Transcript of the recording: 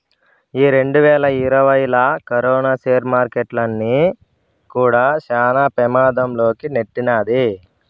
ఈ రెండువేల ఇరవైలా కరోనా సేర్ మార్కెట్టుల్ని కూడా శాన పెమాధం లోకి నెట్టినాది